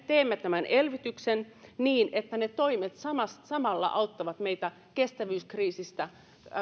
teemme tämän elvytyksen niin että ne toimet samalla samalla auttavat meitä kestävyyskriisissä